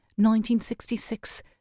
1966